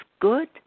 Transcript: good